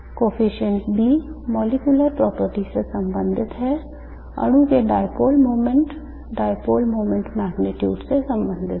Coefficient B molecular property से संबंधित है अणु के dipole moment dipole moment magnitude से संबंधित है